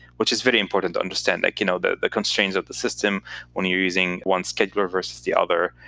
which is very important to understand like you know the the constraints of the system when you're using one scheduler versus the other.